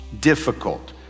difficult